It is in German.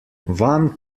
wann